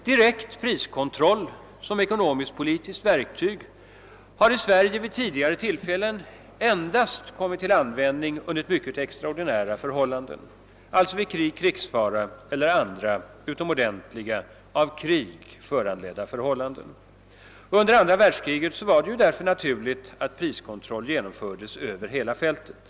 Direkt priskontroll som ekonomisk-politiskt verktyg har i Sverige vid tidigare tillfällen endast kommit till användning under extraordinära förhållanden: vid krig, krigsfara eller andra utomordentliga av krig föranledda förhållanden. Under andra världskriget var det därför naturligt att priskontroll genomfördes över hela fältet.